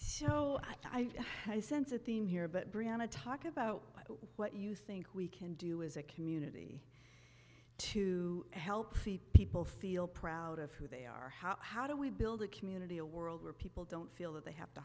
oh i sense a theme here but brianna talk about what you think we can do as a community to help the people feel proud of who they are how how do we build a community a world where people don't feel that they have to